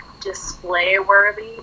display-worthy